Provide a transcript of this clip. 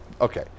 okay